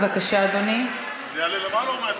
אני אעלה למעלה או מהצד?